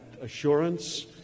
assurance